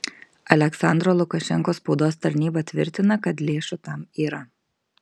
aliaksandro lukašenkos spaudos tarnyba tvirtina kad lėšų tam yra